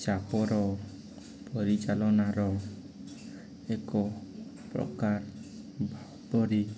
ଚାପର ପରିଚାଳନାର ଏକ ପ୍ରକାର ଭାବରେ